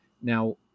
Now